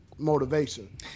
Motivation